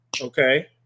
okay